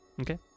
Okay